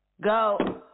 Go